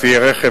ציי רכב,